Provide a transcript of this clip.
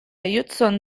hudson